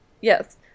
Yes